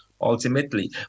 ultimately